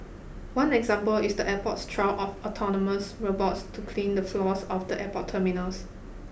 one example is the airport's trial of autonomous robots to clean the floors of the airport terminals